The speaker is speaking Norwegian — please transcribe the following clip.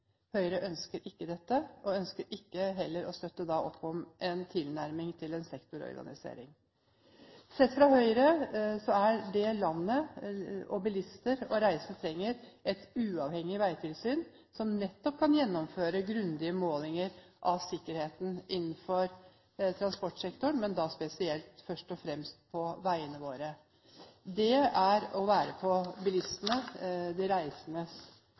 Høyre ønsker ikke dette og ønsker da heller ikke å støtte opp om en tilnærming til en sektororganisering. Sett fra Høyres side er det landet, bilister og reisende trenger, et uavhengig veitilsyn som nettopp kan gjennomføre grundige målinger av sikkerheten innenfor transportsektoren, men da spesielt først og fremst på veiene våre. Det er å være på bilistenes, de